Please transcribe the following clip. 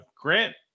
Grant